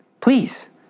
Please